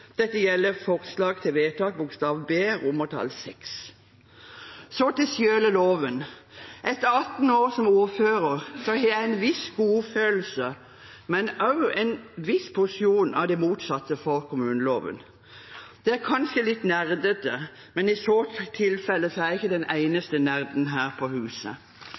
Dette gjelder forslag til vedtak B VI. Så til selve loven. Etter 18 år som ordfører har jeg en viss godfølelse, men også en viss porsjon av det motsatte, for kommuneloven. Det er kanskje litt nerdete, men i så tilfelle er jeg ikke den eneste nerden her på huset.